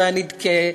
הנדכא,